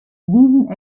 wiesen